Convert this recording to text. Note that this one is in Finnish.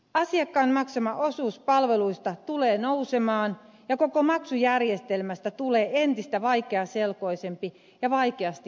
asiakkaan maksama osuus palveluista tulee nousemaan ja koko maksujärjestelmästä tulee entistä vaikeaselkoisempi ja vaikeasti hallittava